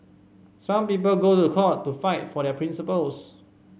some people go to court to fight for their principles